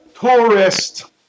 Tourist